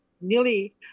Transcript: nearly